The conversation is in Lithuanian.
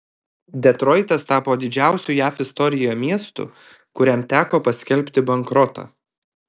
detroitas tapo didžiausiu jav istorijoje miestu kuriam teko paskelbti bankrotą